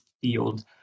field